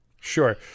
Sure